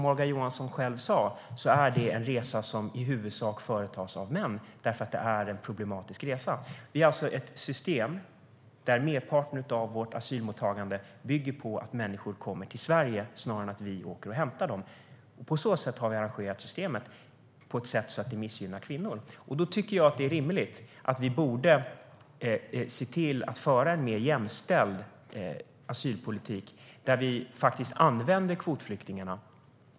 Morgan Johansson sa själv att det är en resa som i huvudsak företas av män, eftersom den är problematisk. Vi har alltså ett system där merparten av vårt asylmottagande bygger på att människor kommer till Sverige snarare än att vi åker och hämtar dem. Det är på det sättet vi har arrangerat systemet så att det missgynnar kvinnor. Då tycker jag att det är rimligt att vi ser till att föra en mer jämställd asylpolitik i fråga om kvotflyktingarna.